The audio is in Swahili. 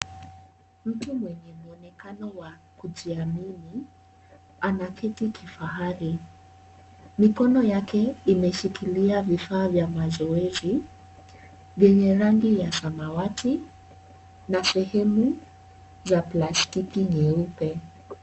Mtu mwenye mwonekano wa kujiamini, anaketi kifahari. Mikono yake imeshikilia vifaa vya mazoezi, vyenye rangi ya samawati na sehemu za plastiki nyeupe.